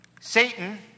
Satan